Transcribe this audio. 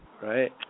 Right